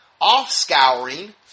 off-scouring